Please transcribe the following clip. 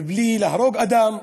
בלי להרוג אדם,